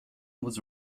was